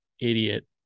idiot